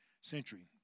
century